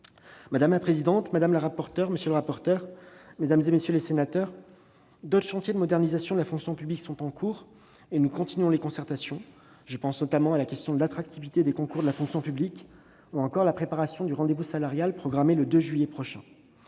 Madame la présidente, madame, monsieur les rapporteurs, mesdames, messieurs les sénateurs, d'autres chantiers de modernisation de la fonction publique sont en cours et les concertations se poursuivent. Je pense notamment à la question de l'attractivité des concours de la fonction publique ou encore à la préparation du rendez-vous salarial programmé le 2 juillet prochain.